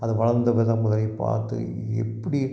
அது வளர்ந்த விதம் அதனை பார்த்து எ எப்படி